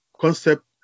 concept